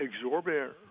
exorbitant